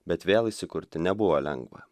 bet vėl įsikurti nebuvo lengva